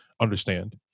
understand